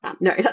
No